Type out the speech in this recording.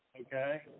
okay